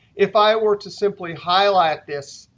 if i were to simply highlight this,